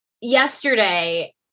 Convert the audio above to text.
yesterday